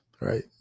right